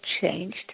changed